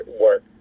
work